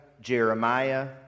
Jeremiah